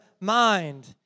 mind